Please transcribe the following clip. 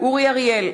אורי אריאל,